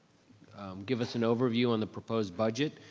give us an overview on the proposed budget.